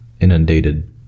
inundated